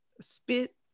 spit